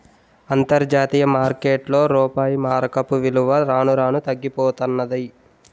అంతర్జాతీయ మార్కెట్లో రూపాయి మారకపు విలువ రాను రానూ తగ్గిపోతన్నాది